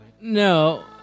No